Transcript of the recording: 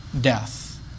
death